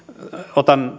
otan